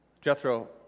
Jethro